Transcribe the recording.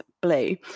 Blue